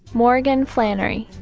morgan flannery.